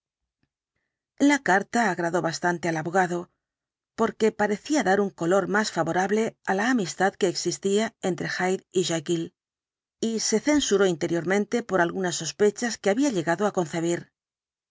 la carta agradó bastante al abogado porque parecía dar un color más favorable á la amistad que existía entre hyde y jekyll y se censuró interiormente por algunas sospechas que había llegado á concebir